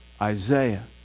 Isaiah